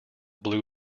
blue